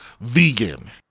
vegan